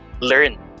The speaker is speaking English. learn